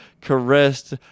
caressed